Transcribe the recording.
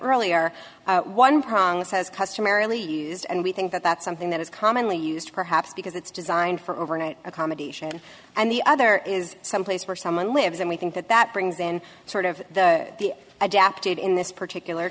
earlier one prong has customarily used and we think that that's something that is commonly used perhaps because it's designed for overnight accommodation and the other is some place where someone lives and we think that that brings in sort of the adapted in this particular